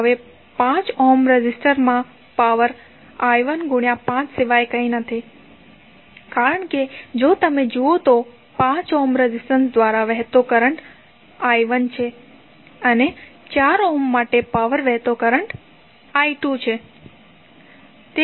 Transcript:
તો હવે 5 ઓહ્મ રેઝિસ્ટરમાં પાવર I15 સિવાય કંઇ નથી કારણ કે જો તમે જુઓ તો 5 ઓહ્મ રેઝિસ્ટન્સ દ્વારા વહેતો કરંટ ફક્ત I1 છે અને અહીં 4 ઓહ્મ માટે પાવર વહેતો કરંટ I2 છે